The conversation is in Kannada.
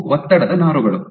ಇವು ಒತ್ತಡದ ನಾರುಗಳು